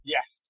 Yes